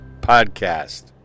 podcast